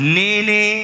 nene